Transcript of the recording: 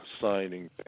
signing